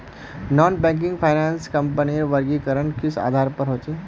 Non banking finance कंपनीर वर्गीकरण किस आधार पर होचे?